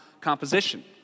composition